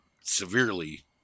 severely